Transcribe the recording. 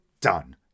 done